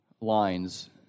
lines